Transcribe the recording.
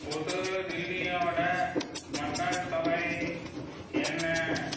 புது தில்லியோட மக்கள் தொகை என்ன